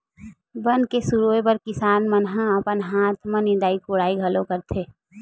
बन के सिरोय बर किसान मन ह अपन हाथ म निंदई कोड़ई घलो करथे